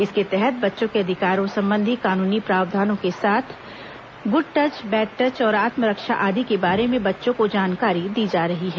इसके तहत बच्चों के अधिकारों संबंधी कानूनी प्रावधानों के साथ साथ गुड टच बैड टच और आत्मरक्षा आदि के बारे में बच्चों को जानकारी दी जा रही है